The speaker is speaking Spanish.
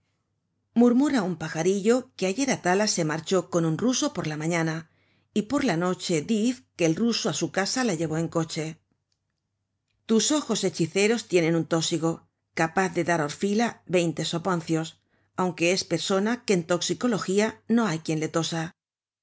murmura un pajarillo que ayer atala se marchó con un ruso por la mañana y por la noche diz que el ruso á su casa la llevó en coche tus ojos hechiceros tienen un tósigo capaz de dar á orfila vemte soponcios aunque es persona que en toxicologia ño hay quien le tosa